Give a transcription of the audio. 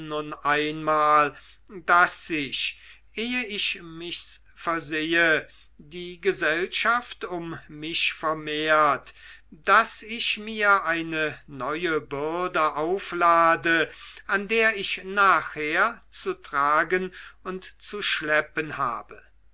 einmal daß sich ehe ich mich's versehe die gesellschaft um mich vermehrt daß ich mir eine neue bürde auflade an der ich nachher zu tragen und zu schleppen habe